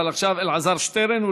אבל עכשיו אלעזר שטרן,